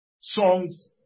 songs